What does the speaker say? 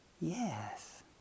yes